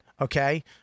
okay